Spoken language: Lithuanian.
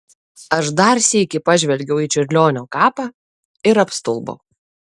aš dar sykį pažvelgiau į čiurlionio kapą ir apstulbau